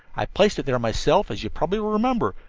i placed it there myself, as you probably will remember,